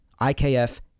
IKF